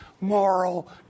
moral